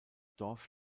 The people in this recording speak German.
dorf